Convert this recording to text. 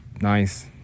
nice